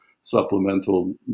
supplemental